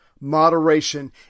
moderation